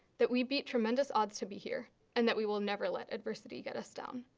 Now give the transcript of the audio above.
that we beat tremendous odds to be here and that we will never let adversity get us down.